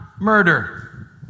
murder